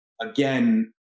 again